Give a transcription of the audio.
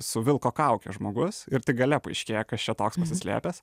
su vilko kauke žmogus ir tik gale paaiškėja kas čia toks pasislėpęs